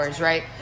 right